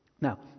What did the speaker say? Now